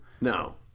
No